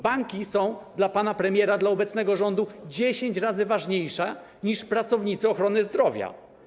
Banki są dla pana premiera, dla obecnego rządu dziesięć razy ważniejsze niż pracownicy ochrony zdrowia.